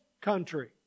country